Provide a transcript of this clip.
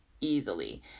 easily